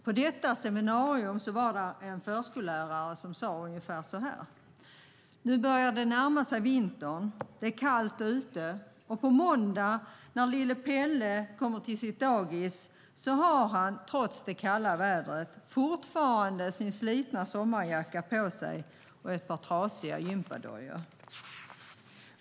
På det seminariet var det en förskollärare som sade ungefär på följande sätt: Nu börjar det närma sig vintern, det är kallt ute, och på måndag när lille Pelle kommer till dagis har han trots det kalla vädret fortfarande sin slitna sommarjacka och ett par trasiga gympadojor på sig.